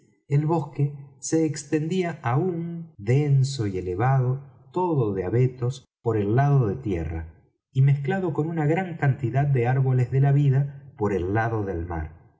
oí decir el bosque se extendía aun denso y elevado todo de abetos por el lado de tierra y mezclado con una gran cantidad de árboles de la vida por el lado del mar